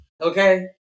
okay